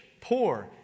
poor